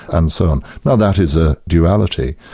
and so on. now that is a duality.